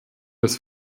des